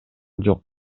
жок